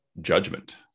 judgment